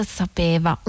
sapeva